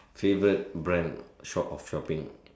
favourite brand shop of shopping